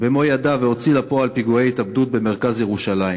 במו-ידיו והוציא לפועל פיגועי התאבדות במרכז ירושלים.